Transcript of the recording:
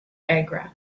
agra